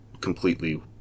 completely